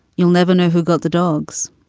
you'll never know who got the dogs.